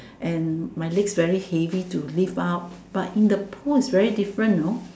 and my legs very heavy to lift up but in the pool it's very different know